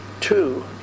Two